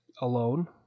alone